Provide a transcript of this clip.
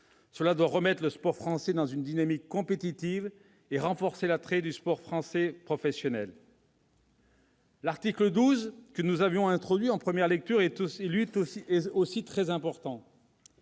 Cela doit remettre le sport français dans une dynamique compétitive et renforcer l'attrait du sport professionnel français. L'article 12, que nous avions introduit en première lecture, est lui aussi très important.